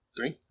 Three